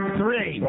three